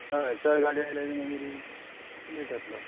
हय चड गाडयो आयल्यार मागीर लेट जातलो